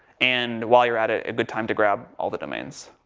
and while you're at it, a good time to grab all the domains.